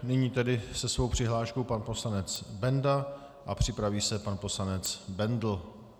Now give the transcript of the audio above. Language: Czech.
Nyní tedy se svou přihláškou pan poslanec Benda a připraví se pan poslanec Bendl.